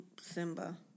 simba